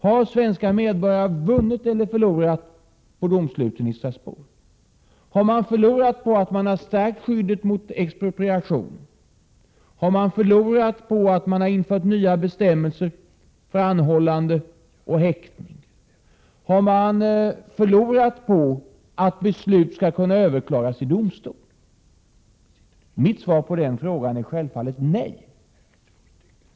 Har svenska medborgare vunnit eller förlorat på domsluten i Strasbourg? Har de förlorat på att man har stärkt skyddet mot expropriation? Har de förlorat på att man har infört nya bestämmelser för anhållande och häktning? Har de förlorat på att beslut skall kunna överklagas i domstol? Mitt svar på dessa frågor är självfallet nej.